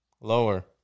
Lower